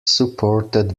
supported